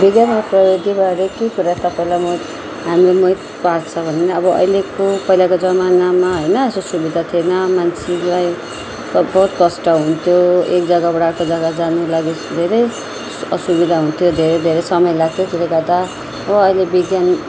विज्ञान र प्रविधिबारे के कुरा तपाईँलाई म हामीलाई मोहित पार्छ भने अब अहिलेको पहिलाको जमानामा होइन यसो सुविधा थिएन मान्छेलाई त बहुत कष्ट हुन्थ्यो एक जगाबाट अर्को जगा जानु लागि धेरै असुविधा हुन्थ्यो धेरै धेरै समय लाग्थ्यो त्यसले गर्दा हो अहिले विज्ञान